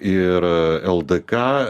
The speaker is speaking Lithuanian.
ir ldk